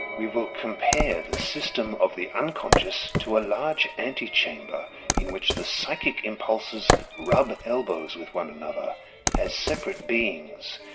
we will compare the system of the unconscious to a large ante-chamber, in which the psychic impulses rub elbows with one another as separate beings.